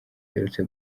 aherutse